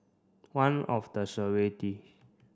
one of the